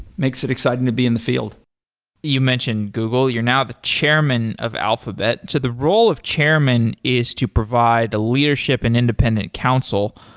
makes it exciting to be in the field you mentioned google. you're now the chairman of alphabet, so the role of chairman is to provide a leadership and independent counsel.